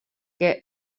que